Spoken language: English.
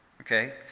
Okay